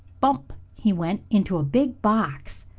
bump! he went into a big box.